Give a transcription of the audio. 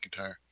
McIntyre